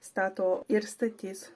stato ir statys